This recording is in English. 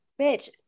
bitch